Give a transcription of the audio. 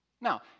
Now